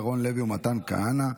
ירון לוי ומתן כהנא.